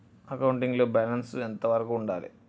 Accounting లో balance ఎంత వరకు ఉండాలి?